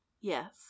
Yes